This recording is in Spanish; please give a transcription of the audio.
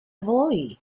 voy